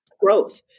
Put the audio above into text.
growth